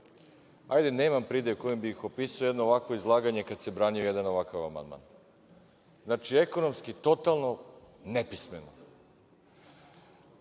kažem, nemam pridev kojim bih opisao ovakvo izlaganje kada se brani jedan ovakav amandman. Znači, ekonomski totalno nepismeno.